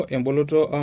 Emboloto